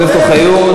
חי?